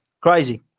crazy